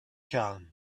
calm